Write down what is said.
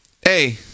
hey